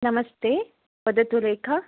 नमस्ते वदतु रेखा